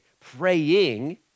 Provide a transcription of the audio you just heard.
praying